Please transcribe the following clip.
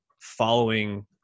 following